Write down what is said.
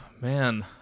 Man